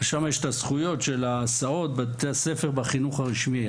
ושם יש את הזכויות של ההסעות בבתי הספר בחינוך הרשמי.